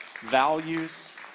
values